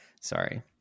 sorry